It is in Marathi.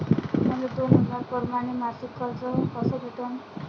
मले दोन हजार परमाने मासिक कर्ज कस भेटन?